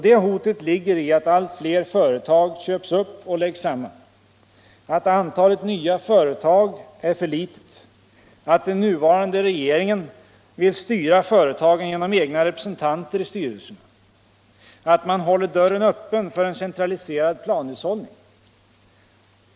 Det hotet ligger i att allt fler företag köps upp och läggs samman, att antalet nya företag är för litet, att den nuvarande regeringen vill styra företagen genom egna representanter i styrelserna och att man håller dörren öppen för en centraliserad planhushållning.